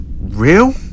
real